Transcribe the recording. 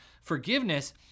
forgiveness